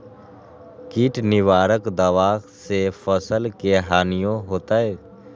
किट निवारक दावा से फसल के हानियों होतै?